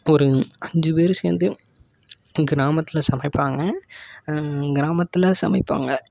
ஒரு அஞ்சு பேர் சேர்ந்து கிராமத்தில் சமைப்பாங்க கிராமத்தில் சமைப்பாங்க